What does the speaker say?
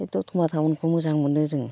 बे द'तमा टाउनखौ मोजां मोनो जों